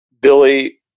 Billy